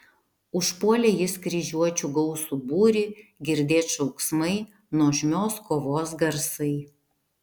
užpuolė jis kryžiuočių gausų būrį girdėt šauksmai nuožmios kovos garsai